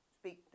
speak